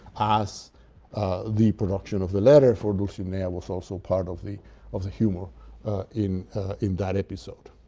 as the production of the letter, for dulcinea was also part of the of the humor in in that episode.